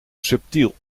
subtiel